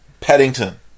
Paddington